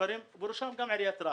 המוכרים ובראשם גם עריית רהט.